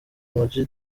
amag